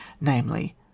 namely